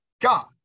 God